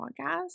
podcast